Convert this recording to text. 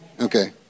Okay